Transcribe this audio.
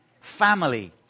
family